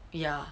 ya